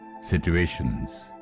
situations